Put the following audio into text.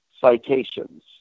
citations